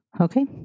Okay